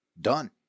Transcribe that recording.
done